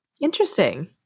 Interesting